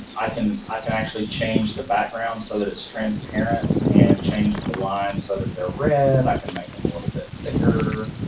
i can actually change the background so that it's transparent and change the lines so that they're red. i can make them a little bit thicker.